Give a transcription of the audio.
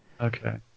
Okay